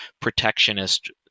protectionist